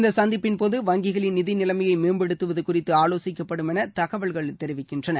இந்த சந்திப்பின்போது வங்கிகளின் நிதி நிலைமையை மேம்படுத்துவது குறித்து ஆலோசிக்கப்படும் என தகவல்கள் தெரிவிக்கின்றன